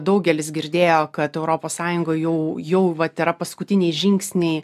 daugelis girdėjo kad europos sąjungoj jau jau va tėra paskutiniai žingsniai